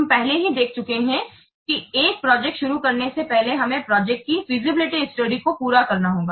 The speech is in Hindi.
हम पहले ही देख चुके हैं कि एक प्रोजेक्ट शुरू करने से पहले हमें प्रोजेक्ट की फिजिबिलिटी स्टडी feasibility study को पूरा करना होगा